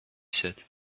said